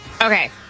Okay